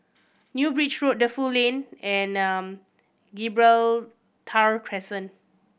New Bridge Road Defu Lane and Gibraltar Crescent